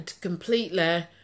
completely